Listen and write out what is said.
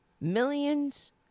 Millions